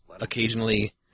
occasionally